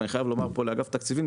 ואני חייב לומר פה לאגף התקציבים,